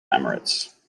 emirates